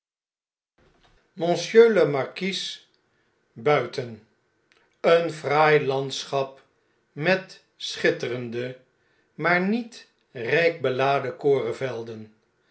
monsieur le marquis buiten een fraai landschap met schitterende maar niet rjjk beladen